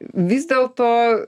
vis dėl to